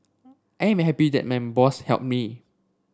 I am happy then my boss helped me